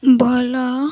ଭଲ